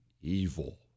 evil